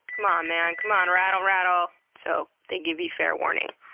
c'mon man, c'mon, raaaattttle raaaatttle. so, they give you fair warning.